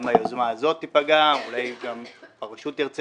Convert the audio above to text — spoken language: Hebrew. גם היוזמה הזאת תיפגע ואולי גם הרשות תרצה